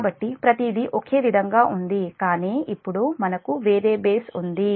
కాబట్టి ప్రతిదీ ఒకే విధంగా ఉంది కానీ ఇప్పుడు మనకు వేరే బేస్ ఉంది